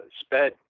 sped